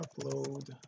upload